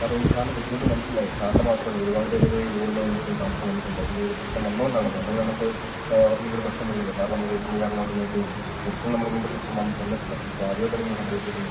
സാറേ എനിക്ക് സാറിൻ്റെ ബുദ്ധിമുട്ട് മനസ്സിലായി സാറിൻ്റെ മാത്രമല്ല ഒരുപാട് ഡെലിവറി ഇതുപോലെ നമുക്ക് താമസം വന്നിട്ടുണ്ട് ഇങ്ങനെ ഒരു പ്രശ്നം വന്നത് കൊണ്ടാണ് അത് അല്ലേ നമുക്ക് ഇങ്ങനെ ഒരു പ്രശ്നം വരില്ലല്ലോ സാറ് നമ്മളെ റേറ്റിംഗും കാര്യങ്ങളൊക്കെ നോക്കിയതല്ലേ ഒരിക്കലും നമ്മൾ ഇങ്ങനത്തെ പ്രശ്നം വന്നിട്ടില്ല ഇതിപ്പോൾ ആദ്യമായിട്ടാണ് ഇങ്ങനെ സംഭവിച്ചിരിക്കുന്നത്